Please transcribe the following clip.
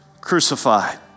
crucified